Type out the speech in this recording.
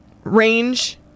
Range